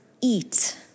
eat